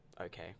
Okay